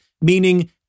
meaning